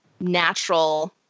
natural